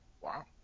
Wow